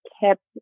kept